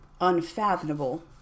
unfathomable